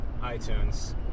iTunes